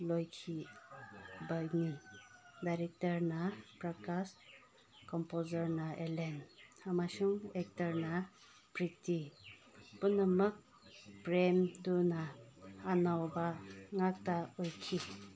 ꯂꯣꯏꯈꯤꯕꯅꯤ ꯗꯥꯏꯔꯦꯛꯇꯔꯅ ꯄ꯭ꯔꯀꯥꯁ ꯀꯝꯄꯣꯖꯔꯅ ꯑꯦꯂꯦꯟ ꯑꯃꯁꯨꯡ ꯑꯦꯛꯇꯔꯅ ꯄ꯭ꯔꯤꯇꯤ ꯄꯨꯝꯅꯃꯛ ꯄ꯭ꯔꯦꯝꯇꯨꯅ ꯑꯅꯧꯕ ꯉꯥꯛꯇ ꯑꯣꯏꯈꯤ